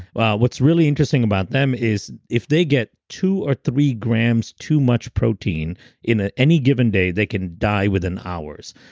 what's really interesting about them is if they get two or three grams too much protein in ah any given day, they can die within hours.